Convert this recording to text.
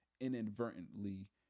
inadvertently